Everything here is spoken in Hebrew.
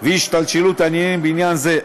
והשתלשלות העניינים בעניין זה,